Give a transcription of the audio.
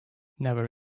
never